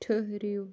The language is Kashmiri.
ٹھٔرِو